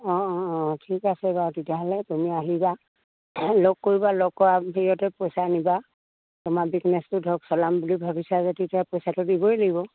অঁ অঁ অঁ ঠিক আছে বাৰু তেতিয়াহ'লে তুমি আহিবা লগ কৰিবা লগ কৰাৰ পইচা নিবা তোমাৰ বিজনেছটো ধৰক চলাম বুলি ভাবিছা যে তেতিয়া পইচাটো দিবই লাগিব